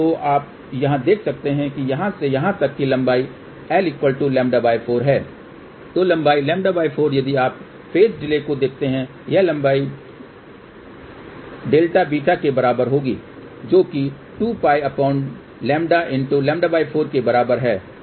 तो आप यहाँ देख सकते हैं कि यहाँ से यहाँ तक की लंबाई lλ4 है तो लंबाई λ4 यदि आप फेज डिले को देखते हैं यह लंबाई β के बराबर होगी जो कि 2πλ×λ4 के बराबर है